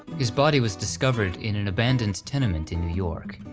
his body was discovered in an abandoned tenement in new york.